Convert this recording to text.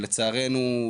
לצערנו,